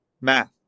Math